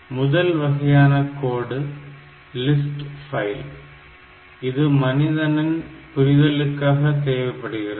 முதல் வகையான code list file இது மனிதனின் புரிதலுக்காக தேவைப்படுவது